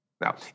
Now